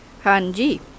Hanji